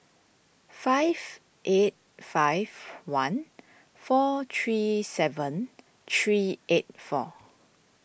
five eight five one four three seven three eight four